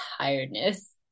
tiredness